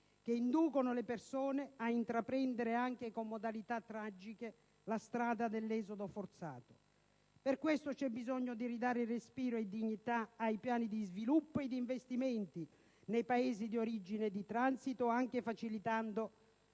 che inducono le persone a intraprendere, anche con modalità tragiche, la strada dell'esodo forzato. Per questo c'è bisogno di ridare respiro e dignità ai piani di sviluppo e di investimento nei Paesi di origine e di transito, anche facilitando,